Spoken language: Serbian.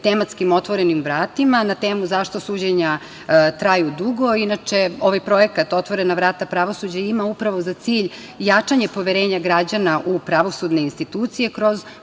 tematskim otvorenim vratima na temu zašto suđenja traju dugo. Inače, ovaj projekat „Otvorena vrata pravosuđa“ ima upravo za cilj jačanje poverenja građana u pravosudne institucije kroz